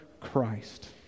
Christ